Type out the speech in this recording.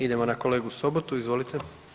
Idemo na kolegu Sobotu, izvolite.